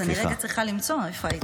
אז אני צריכה רגע לחשוב איפה הייתי.